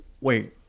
wait